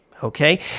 Okay